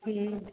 हुं